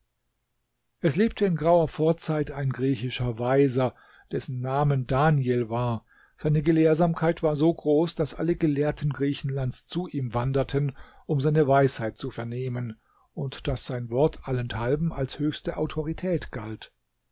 es lebte in grauer vorzeit ein griechischer weiser dessen namen daniel war seine gelehrsamkeit war so groß daß alle gelehrten griechenlands zu ihm wanderten um seine weisheit zu vernehmen und daß sein wort allenthalben als höchste autorität galt